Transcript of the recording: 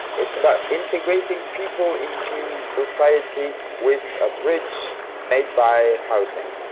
it's about integrating people into society with a bridge made by housing.